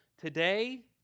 today